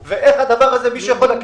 נושאי משרה שיפוטית.